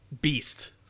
beast